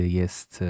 jest